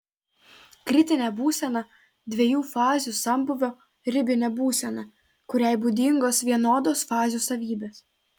kritinė būsena dviejų fazių sambūvio ribinė būsena kuriai būdingos vienodos fazių savybės